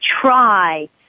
try